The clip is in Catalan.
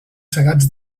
segats